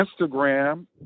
Instagram